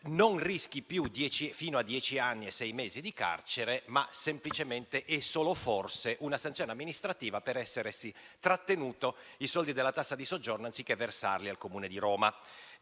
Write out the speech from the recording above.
non rischi più fino a dieci anni e sei mesi di carcere, ma semplicemente - e solo forse - una sanzione amministrativa per essersi trattenuto i soldi della tassa di soggiorno, anziché versarli al Comune di Roma,